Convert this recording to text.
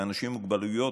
לאנשים עם מוגבלויות,